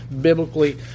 biblically